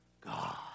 God